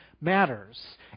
matters